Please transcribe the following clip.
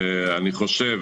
אני חושב